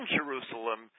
Jerusalem